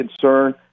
concern